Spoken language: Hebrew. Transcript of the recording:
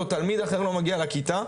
או תלמיד אחר לא מגיע לכיתה,